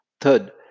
Third